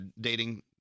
Dating